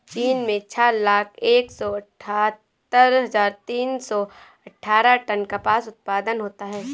चीन में छह लाख एक सौ अठत्तर हजार तीन सौ अट्ठारह टन कपास उत्पादन होता है